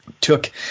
Took